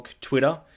twitter